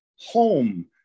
home